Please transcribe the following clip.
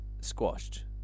squashed